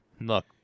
Look